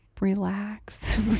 relax